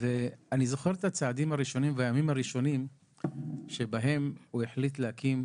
אני זוכר את הצעדים הראשונים והימים הראשונים שבהם הוא החליט להקים,